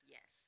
Yes